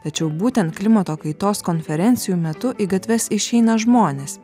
tačiau būtent klimato kaitos konferencijų metu į gatves išeina žmonės